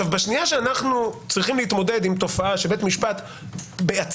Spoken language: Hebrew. ברגע שאנחנו צריכים להתמודד עם תופעה שבית משפט בעצמו,